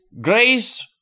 Grace